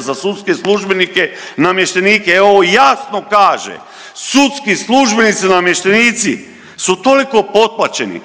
za sudske službenike, namještenike, evo, jasno kaže. Sudski službenici i namještenici su toliko potplaćeni,